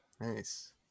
Nice